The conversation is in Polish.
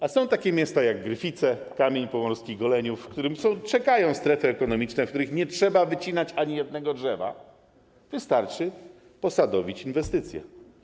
A są takie miasta jak Gryfice, Kamień Pomorski, Goleniów, w których są strefy ekonomiczne, w których nie trzeba wycinać ani jednego drzewa, wystarczy posadowić inwestycję.